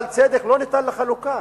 אבל צדק לא ניתן לחלוקה,